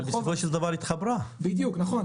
אבל בסופו של דבר התחברה --- נכון.